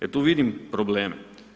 E tu vidim probleme.